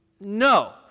no